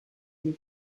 you